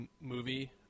movie